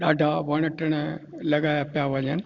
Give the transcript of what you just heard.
ॾाढा वण टिण लॻाया पिया वञनि